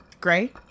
Gray